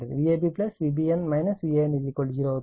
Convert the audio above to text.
Vab Vbn Van 0 అవుతుంది అంటే Vab Van Vbn